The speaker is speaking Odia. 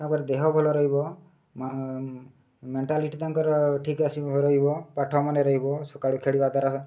ତା'ପରେ ଦେହ ଭଲ ରହିବ ମେଣ୍ଟାଲିଟି ତାଙ୍କର ଠିକ୍ ଆସିବ ରହିବ ପାଠ ମାନେ ରହିବ ସକାଳୁ ଖେଳିବା ଦ୍ୱାରା